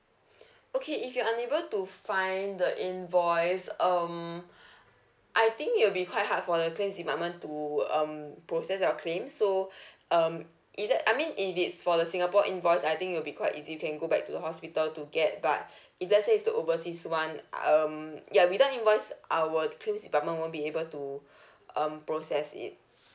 okay if you're unable to find the invoice um I think it will be quite hard for the claims department to um process your claim so um it that I mean if it's for the singapore invoice I think it will be quite easy you can go back to the hospital to get but if let's say is the overseas [one] um ya without invoice our claims department won't be able to um process it